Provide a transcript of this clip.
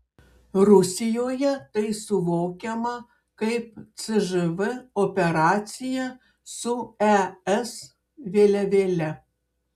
rusijoje tai suvokiama kaip cžv operacija su es vėliavėle